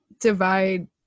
divide